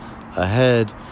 ahead